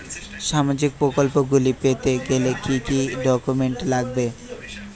সামাজিক প্রকল্পগুলি পেতে গেলে কি কি ডকুমেন্টস লাগবে?